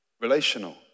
relational